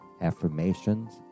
affirmations